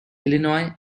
illinois